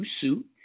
suit